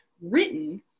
written